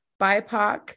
BIPOC